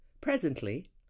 presently